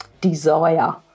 desire